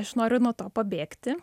aš noriu nuo to pabėgti